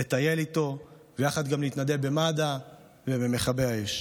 לטייל איתו, ויחד גם להתנדב במד"א ובמכבי האש.